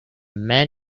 man